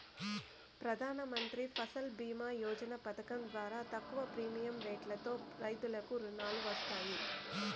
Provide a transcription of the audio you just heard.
ప్రధానమంత్రి ఫసల్ భీమ యోజన పథకం ద్వారా తక్కువ ప్రీమియం రెట్లతో రైతులకు రుణాలు వస్తాయి